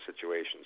situations